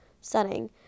setting